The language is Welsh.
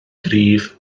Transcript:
gryf